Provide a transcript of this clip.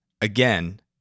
Again